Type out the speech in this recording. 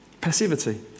passivity